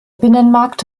binnenmarkt